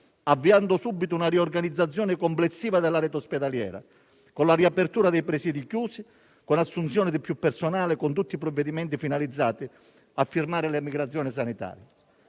avviando subito una riorganizzazione complessiva della rete ospedaliera, con la riapertura dei presidi chiusi, con l'assunzione di più personale e con tutti i provvedimenti finalizzati a fermare l'emigrazione sanitaria.